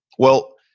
well,